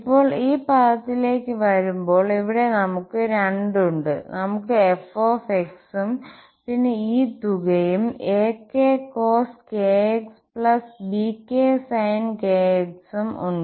ഇപ്പോൾ ഈ പദത്തിലേക്ക് വരുമ്പോൾ ഇവിടെ നമുക്ക് 2 ഉണ്ട് നമുക്ക് f ഉം പിന്നെ ഈ തുകയും ak cos bk sin ഉം ഉണ്ട്